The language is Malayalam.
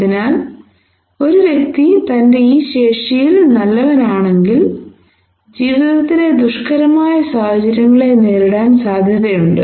അതിനാൽ ഒരു വ്യക്തി തന്റെ ഈ ശേഷിയിൽ നല്ലവനാണെങ്കിൽ ജീവിതത്തിലെ ദുഷ്കരമായ സാഹചര്യങ്ങളെ നേരിടാൻ സാധ്യതയുണ്ട്